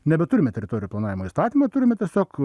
nebeturime teritorijų planavimo įstatymo turime tiesiog